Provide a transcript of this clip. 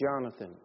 Jonathan